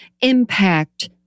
impact